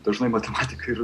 dažnai matematika ir